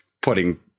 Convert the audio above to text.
putting